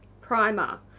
Primer